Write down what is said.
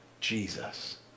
Jesus